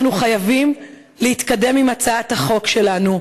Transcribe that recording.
אנחנו חייבים להתקדם עם הצעת החוק שלנו,